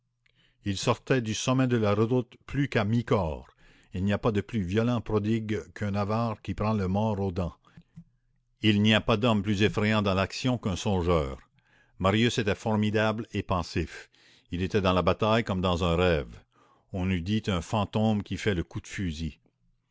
il sortait du sommet de la redoute plus qu'à mi-corps il n'y a pas de plus violent prodigue qu'un avare qui prend le mors aux dents il n'y a pas d'homme plus effrayant dans l'action qu'un songeur marius était formidable et pensif il était dans la bataille comme dans un rêve on eût dit un fantôme qui fait le coup de fusil